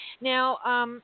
Now